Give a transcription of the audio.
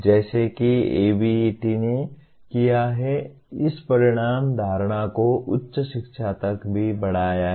जैसा कि ABET ने किया है इस परिणाम धारणा को उच्च शिक्षा तक भी बढ़ाया है